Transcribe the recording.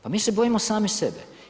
Pa mi se bojimo sami sebe.